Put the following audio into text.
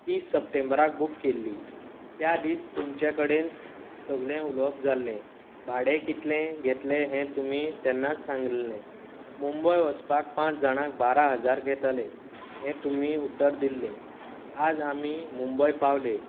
तीस सप्टेंबराक बूक केल्ली त्या दीस तुमचे कडेन सगलें उलोवप जाल्लें भाडें कितले घेतले हें तुमी तेन्नाच सांगिल्ले मुंबय वचपाक पांच जाणांक बारा हजार घेतले हें तुमी उतर दिल्लें आज आमी मुंबय पावले